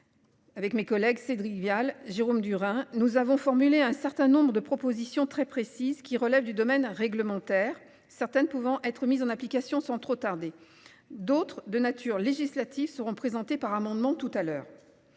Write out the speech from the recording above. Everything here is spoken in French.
Avec mes collègues Cédric Vial Jérôme Durain. Nous avons formulé un certain nombre de propositions très précises qui relèvent du domaine réglementaire, certaines pouvant être mises en application sans trop tarder, d'autres de nature législative seront présentées par amendement tout à l'heure.